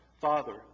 Father